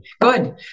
good